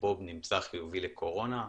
בוב נמצא חיובי לקורונה.